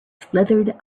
slithered